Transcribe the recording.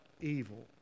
evil